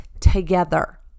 together